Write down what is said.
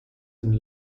and